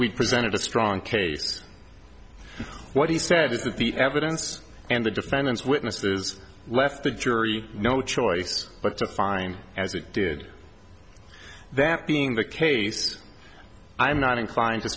we presented a strong case what he said is that the evidence and the defendant's witnesses left the jury no choice but to fine as it did that being the case i am not inclined to